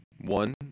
One